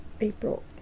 April